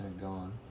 gone